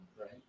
right